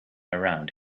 around